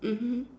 mmhmm